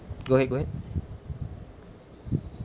go ahead go ahead